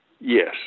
Yes